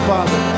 Father